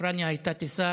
מאוקראינה הייתה טיסה